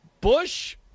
Bush